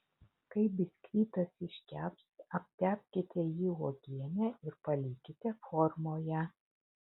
kai biskvitas iškeps aptepkite jį uogiene ir palikite formoje